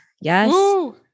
Yes